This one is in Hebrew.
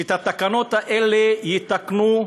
הוא שאת התקנות האלה יתקנו,